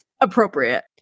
appropriate